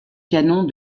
canon